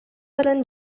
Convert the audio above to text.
баран